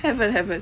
haven't haven't